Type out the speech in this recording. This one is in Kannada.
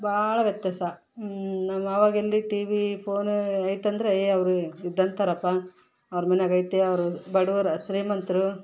ಭಾಳ ವ್ಯತ್ಯಾಸ ನಾವು ಆವಾಗಿಂದ ಟಿ ವಿ ಫೋನ್ ಐತಂದರೆ ಅವ್ರಿಗೆ ಇದ್ದಂತರಪ ಅವ್ರ ಮನೆೆಗೆ ಐತೆ ಅವ್ರು ಬಡುವ್ರು ಶ್ರೀಮಂತ್ರ್